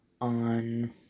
on